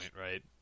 right